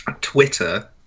Twitter